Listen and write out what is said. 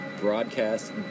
broadcast